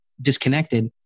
disconnected